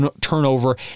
turnover